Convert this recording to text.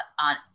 on